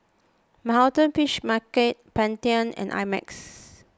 Manhattan Fish Market Pantene and I Max